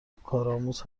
کارآموز